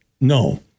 No